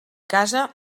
casa